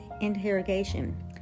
interrogation